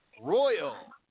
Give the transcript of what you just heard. Royal